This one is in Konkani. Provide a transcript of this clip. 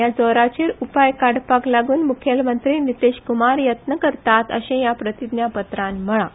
ह्या जोराचेर उपाय काडपाकलागून मुखेलमंत्री नितीश कुमार यत्न करतात अशेंय ह्या प्रतिज्ञापत्रांत म्हळा